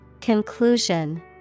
Conclusion